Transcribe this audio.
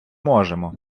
можемо